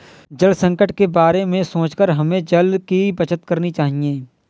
जल संकट के बारे में सोचकर हमें जल की बचत करनी चाहिए